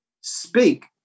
speak